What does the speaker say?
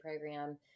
program